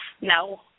no